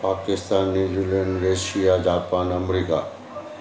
Pakistan New Zealand Russia Japan America